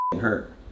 hurt